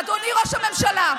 אדוני ראש הממשלה,